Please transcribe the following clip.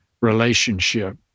relationship